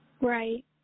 right